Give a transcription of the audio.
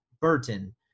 Burton